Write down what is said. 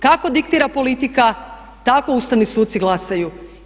Kako diktira politika tako ustavni suci glasaju.